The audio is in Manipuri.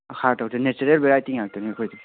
ꯍꯥꯔ ꯇꯧꯖꯗꯦ ꯅꯦꯆꯔꯦꯜ ꯕꯦꯔꯥꯏꯇꯤ ꯉꯥꯛꯇꯅꯤ ꯑꯩꯈꯣꯏꯗꯤ